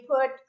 put